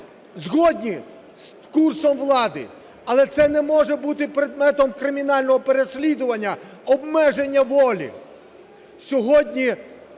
згодні з курсом влади, але це не може бути предметом кримінального переслідування, обмеження волі".